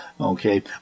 Okay